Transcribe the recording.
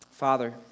Father